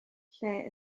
lle